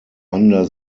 under